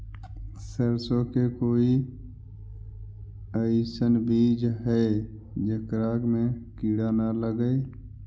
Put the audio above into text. सरसों के कोई एइसन बिज है जेकरा में किड़ा न लगे?